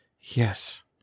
Yes